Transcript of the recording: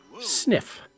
Sniff